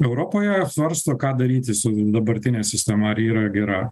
europoje svarsto ką daryti su dabartine sistema ar ji yra gera